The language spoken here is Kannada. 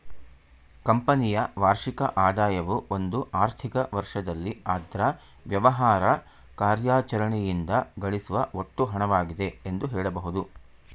ಕಂಪನಿಯ ವಾರ್ಷಿಕ ಆದಾಯವು ಒಂದು ಆರ್ಥಿಕ ವರ್ಷದಲ್ಲಿ ಅದ್ರ ವ್ಯವಹಾರ ಕಾರ್ಯಾಚರಣೆಯಿಂದ ಗಳಿಸುವ ಒಟ್ಟು ಹಣವಾಗಿದೆ ಎಂದು ಹೇಳಬಹುದು